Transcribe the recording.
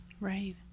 Right